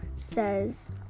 says